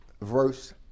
verse